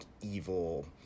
evil